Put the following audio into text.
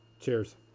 cheers